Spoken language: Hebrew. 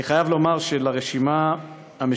אני חייב לומר שלרשימה המשותפת